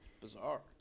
bizarre